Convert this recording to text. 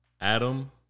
Adam